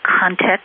context